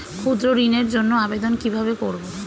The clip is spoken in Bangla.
ক্ষুদ্র ঋণের জন্য আবেদন কিভাবে করব?